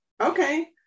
okay